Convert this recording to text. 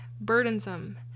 burdensome